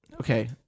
Okay